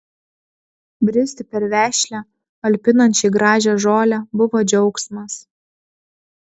bristi per vešlią alpinančiai gražią žolę buvo džiaugsmas